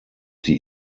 die